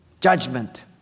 Judgment